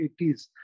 80s